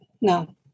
No